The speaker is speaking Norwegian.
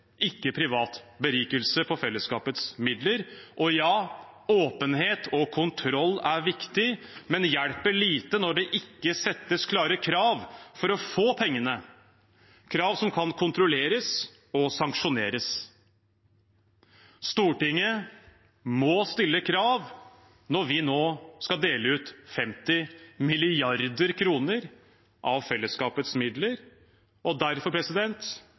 ikke privat berikelse på fellesskapets midler Og ja, åpenhet og kontroll er viktig, men hjelper lite når det ikke settes klare krav for å få pengene – krav som kan kontrolleres og sanksjoneres. Stortinget må stille krav når vi nå skal dele ut 50 mrd. kr av fellesskapets midler. Derfor